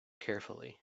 carefully